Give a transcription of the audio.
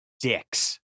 dicks